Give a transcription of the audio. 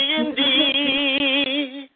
indeed